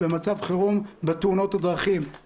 במצב חירום של תאונות הדרכים,